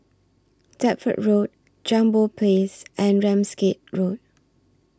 Deptford Road Jambol Place and Ramsgate Road